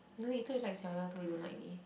no you told like Xiao Ya Tou you don't like leh